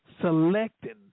selecting